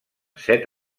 set